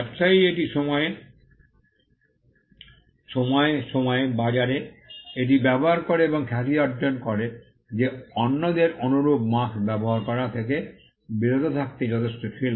ব্যবসায়ী এটি সময়ে সময়ে বাজারে এটি ব্যবহার করে এবং খ্যাতি অর্জন করে যে অন্যদের অনুরূপ মার্ক্স্ ব্যবহার করা থেকে বিরত রাখতে যথেষ্ট ছিল